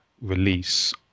release